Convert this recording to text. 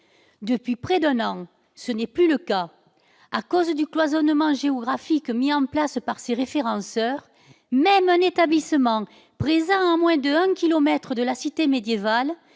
Depuis près d'un an, ce n'est plus le cas. À cause du cloisonnement géographique mis en place par ces référenceurs, même un établissement présent à moins d'un kilomètre de la cité médiévale,